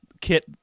Kit